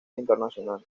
internacional